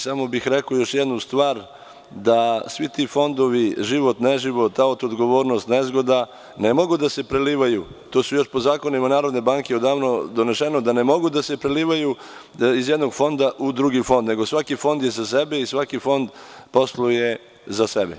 Samo bih rekao još jednu stvar da svi ti fondovi, život, neživot, auto odgovornost, nezgoda, ne mogu da se prelivaju, jer to su još po zakonima Narodne banke, ne mogu da se prelivaju iz jednog fonda u drugi fond, nego je svaki fond za sebe i svaki fond posluje za sebe.